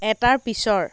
এটাৰ পিছৰ